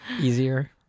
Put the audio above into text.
easier